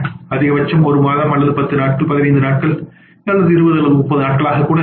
அதிகபட்சம் ஒரு மாதம் அல்லது 10 நாட்கள் 15 நாட்கள் 20 நாட்கள் அல்லது 30 நாட்களாக இருக்கலாம்